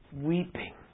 weeping